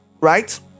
right